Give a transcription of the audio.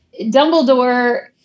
Dumbledore